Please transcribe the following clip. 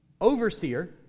Overseer